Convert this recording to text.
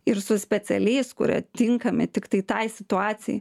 ir su specialiais kurie tinkami tiktai tai situacijai